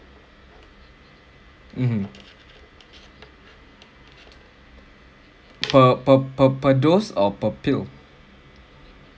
mmhmm per per per dose or per pill